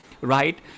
right